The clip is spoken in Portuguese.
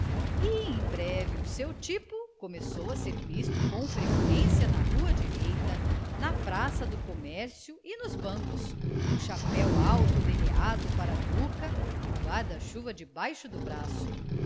e em breve o seu tipo começou a ser visto com freqüência na rua direita na praça do comércio e nos bancos o chapéu alto derreado para a nuca e o guarda-chuva debaixo do braço